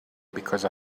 because